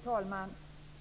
Fru talman!